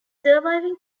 surviving